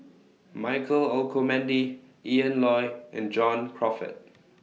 Michael Olcomendy Ian Loy and John Crawfurd